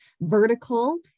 vertical